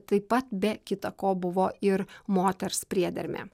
taip pat be kita ko buvo ir moters priedermė